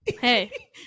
Hey